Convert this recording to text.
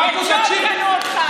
חכו, בג'וב קנו אותך.